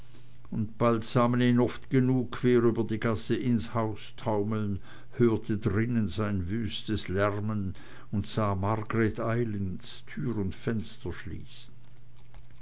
man ihn oft genug quer über die gasse ins haus taumeln hörte drinnen sein wüstes lärmen und sah margreth eilends tür und fenster schließen